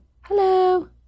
Hello